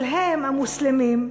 אבל הם, המוסלמים,